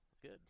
Good